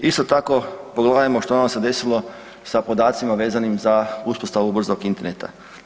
Isto tako, pogledajmo što nam se desilo sa podacima vezanim za uspostavu brzog interneta.